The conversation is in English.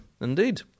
Indeed